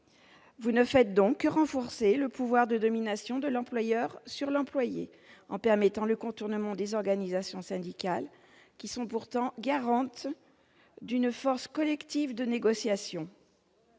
Vous ne faites donc que renforcer le pouvoir de domination de l'employeur sur l'employé en permettant le contournement des organisations syndicales qui sont pourtant les garantes d'une force collective de négociation.